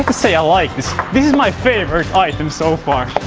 say i like this! this is my favorite item so far